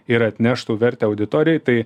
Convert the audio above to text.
ir atneštų vertę auditorijai tai